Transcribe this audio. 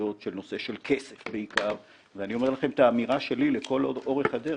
בנושא של כסף בעיקר ואני אומר לכם את האמירה שלי לכל אורך הדרך: